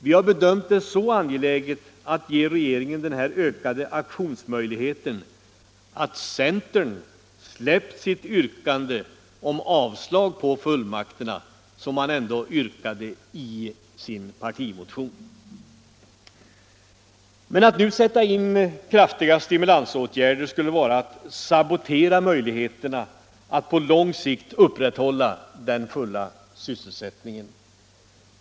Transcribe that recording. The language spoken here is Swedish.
Vi har bedömt det som så angeläget att ge regeringen denna ökade aktionsmöjlighet att centern släppt sitt yrkande om avslag på fullmakten - ett yrkande som man ändå förde fram i sin partimotion. Men att nu sätta in kraftiga stimulansåtgärder skulle vara att sabotera möjligheterna att på lång sikt upprätthålla den fulla sysselsättningen.